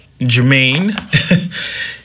Jermaine